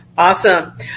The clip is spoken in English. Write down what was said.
Awesome